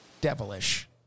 devilish